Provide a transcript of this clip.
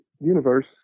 Universe